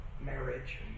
marriage